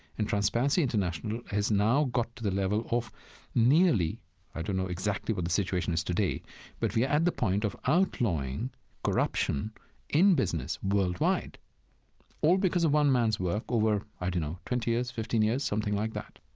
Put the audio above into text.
and transparency international has now got to the level of nearly i don't know exactly what the situation is today but we're at the point of outlawing corruption in business worldwide all because of one man's work over, i don't know, twenty years, fifteen years, something like that